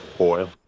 oil